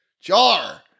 jar